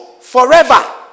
forever